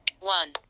one